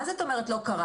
מה זאת אומרת זה לא קרה?